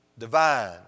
divine